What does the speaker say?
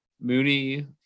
Mooney